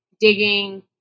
digging